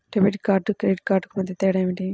Debit కార్డుకు credit కార్డుకు మధ్య తేడా ఏమిటీ?